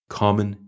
common